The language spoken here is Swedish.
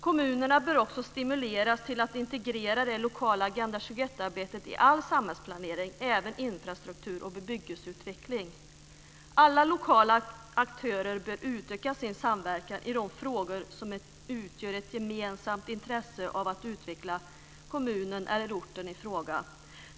Kommunerna bör också stimuleras till att integrera det lokala Agenda 21-arbetet i all samhällsplanering - även infrastruktur och bebyggelseutveckling. Alla lokala aktörer bör utöka sin samverkan i de frågor där det finns ett gemensamt intresse av att utveckla kommunen eller orten i fråga.